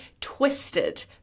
twisted